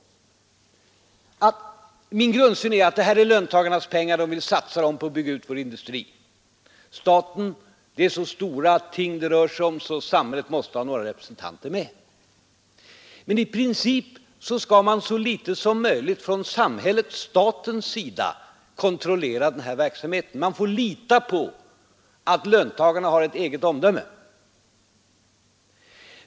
Min grundsyn är att det här är löntagarnas pengar, och vi satsar dem på att bygga ut vår industri. Det är så stora ting det rör sig om att samhället också måste ha några representanter med. Men i princip skall samhället/staten så litet som möjligt kontrollera denna verksamhet. Man får lita på att löntagarna har ett eget omdöme.